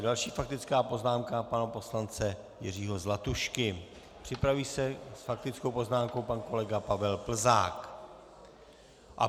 Další faktická poznámka pana poslance Jiřího Zlatušky, připraví se s faktickou poznámkou pan kolega Pavel Plzák.